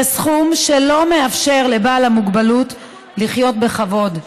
זה סכום שלא מאפשר לבעל המוגבלות לחיות בכבוד,